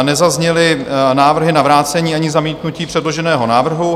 Nezazněly návrhy na vrácení ani zamítnutí předloženého návrhu.